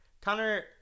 connor